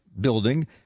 building